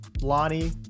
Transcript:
Lonnie